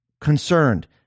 Concerned